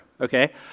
okay